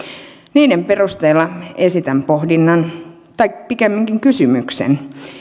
niiden perusteella esitän pohdinnan tai pikemminkin kysymyksen